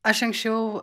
aš anksčiau